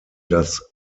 das